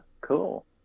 cool